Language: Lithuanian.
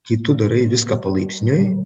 kai tu darai viską palaipsniui